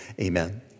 amen